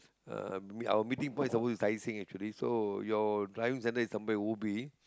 uh our meeting point is suppose to be tai-seng actually so your driving centre is somewhere ubi